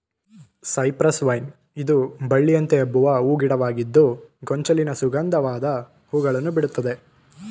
cypress vine ಇದು ಬಳ್ಳಿಯಂತೆ ಹಬ್ಬುವ ಹೂ ಗಿಡವಾಗಿದ್ದು ಗೊಂಚಲಿನ ಸುಗಂಧವಾದ ಹೂಗಳನ್ನು ಬಿಡುತ್ತದೆ